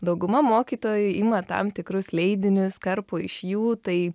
dauguma mokytojų ima tam tikrus leidinius kerpa iš jų tai